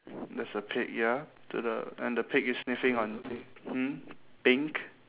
there's a pig ya to the and the pig is sniffing on hmm pink